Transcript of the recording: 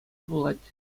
пулать